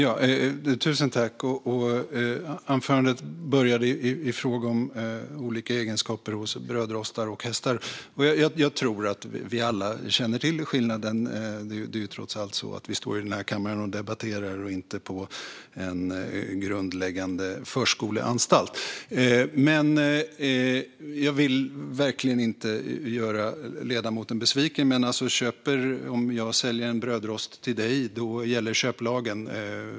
Fru talman! Anförandet började med frågan om olika egenskaper hos brödrostar och hästar. Jag tror att vi alla känner till skillnaden. Det är trots allt så att vi står i den här kammaren och debatterar och inte på en grundläggande förskoleanstalt. Jag vill verkligen inte göra ledamoten besviken. Om jag säljer en brödrost till dig gäller köplagen.